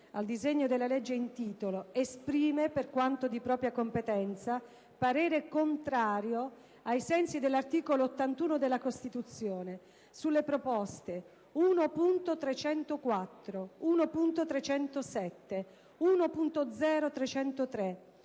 al disegno di legge in titolo, esprime, per quanto di propria competenza, parere contrario, ai sensi dell'articolo 81 della Costituzione, sulle proposte 1.304, 1.307, 1.0.303,